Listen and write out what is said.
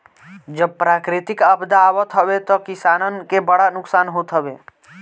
जब प्राकृतिक आपदा आवत हवे तअ किसानन के बड़ा नुकसान होत हवे